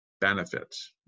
benefits